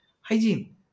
hygiene